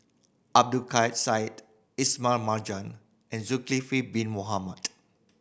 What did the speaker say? Abdul Kadir Syed Ismail Marjan and Zulkifli Bin Mohamed